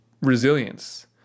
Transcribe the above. resilience